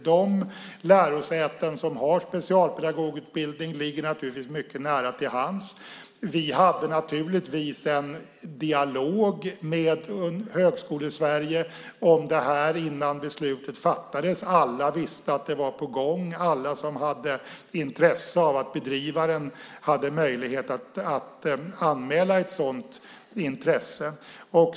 De lärosäten som har specialpedagogutbildning ligger naturligtvis mycket nära till hands. Vi hade självfallet en dialog med Högskole-Sverige om det här innan beslutet fattades. Alla visste att det var på gång. Alla som hade intresse av att bedriva utbildningen hade möjlighet att anmäla ett sådant intresse.